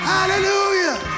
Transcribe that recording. Hallelujah